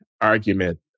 argument